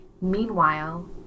Meanwhile